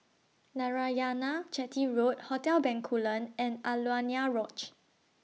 Narayanan Chetty Road Hotel Bencoolen and Alaunia Lodge